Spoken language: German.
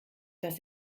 dass